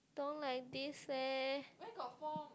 don't like this leh